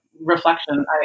reflection